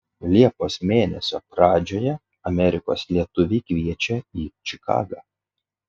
liepos mėnesio pradžioje amerikos lietuviai kviečia į čikagą